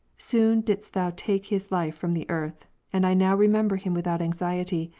soon didst thou take his life from the earth and i now remember him without anxiety,